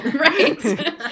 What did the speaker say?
right